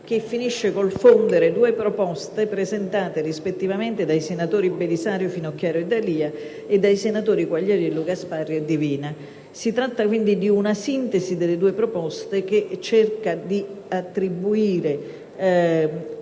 che finisce con il fondere due proposte, presentate, rispettivamente, dai senatori Belisario, Finocchiario, e D'Alia e dai senatori Quagliariello, Gasparri e Divina. Si tratta quindi di una sintesi delle due proposte, che cerca di attribuire